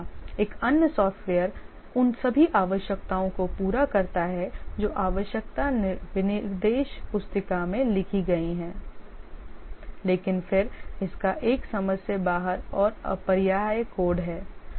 इसी तरह एक अन्य सॉफ्टवेयर उन सभी आवश्यकताओं को पूरा करता है जो आवश्यकता विनिर्देश पुस्तिका में लिखी गई हैं लेकिन फिर इसका एक समझ से बाहर और अपरिहार्य कोड है